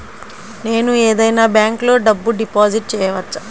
నేను ఏదైనా బ్యాంక్లో డబ్బు డిపాజిట్ చేయవచ్చా?